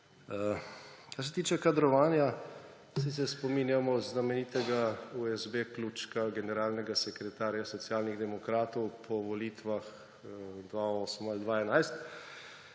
Kar se tiče kadrovanja. Vsi se spominjamo znamenitega USB-ključka generalnega sekretarja Socialnih demokratov po volitvah 2008 ali 2011,